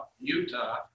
Utah